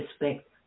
respect